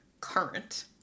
current